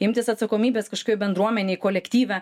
imtis atsakomybės kažkokioj bendruomenėj kolektyve